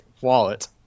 wallet